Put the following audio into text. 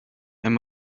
and